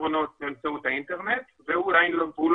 פתרונות באמצעות האינטרנט ואולי הוא לא